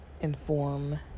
inform